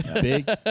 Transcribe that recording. Big